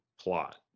plot